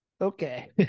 Okay